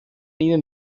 ihnen